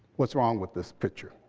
what's wrong with this picture?